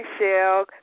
Michelle